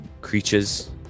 creatures